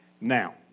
Now